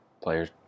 players